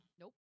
Nope